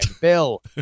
bill